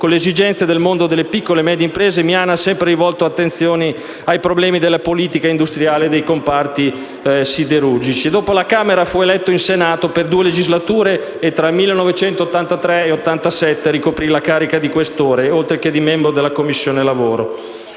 con le esigenze del mondo delle piccole e medie imprese, Miana ha sempre rivolto attenzione ai problemi della politica industriale dei comparti siderurgici modenesi. Dopo la Camera, fu eletto in Senato per due legislature, e tra il 1983 e il 1987 ricoprì la carica di Questore, oltre che membro della Commissione lavoro.